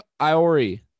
Iori